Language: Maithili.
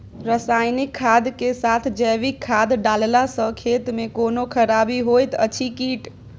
रसायनिक खाद के साथ जैविक खाद डालला सॅ खेत मे कोनो खराबी होयत अछि कीट?